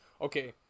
Okay